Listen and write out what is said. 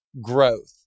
growth